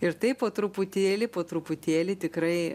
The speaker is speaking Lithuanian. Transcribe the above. ir taip po truputėlį po truputėlį tikrai